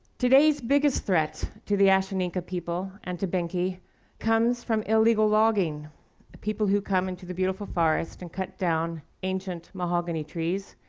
today's biggest threat to the ashaninka people and to benki comes from illegal logging the people who come into the beautiful forest and cut down ancient mahogany trees,